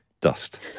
dust